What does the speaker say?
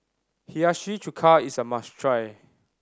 Hiyashi Chuka is a must try